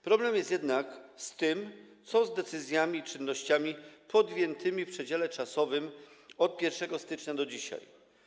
Problem jest jednak z tym, co z decyzjami i czynnościami podjętymi w przedziale czasowym od 1 stycznia do dzisiaj.